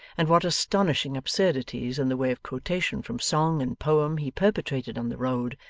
and what astonishing absurdities in the way of quotation from song and poem he perpetrated on the road,